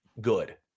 good